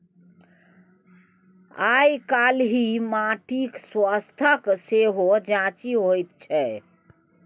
आयकाल्हि माटिक स्वास्थ्यक सेहो जांचि होइत छै